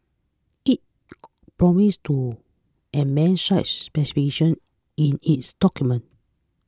it promised to amend such specifications in its documents